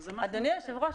אבל לא -- כבוד היושב-ראש,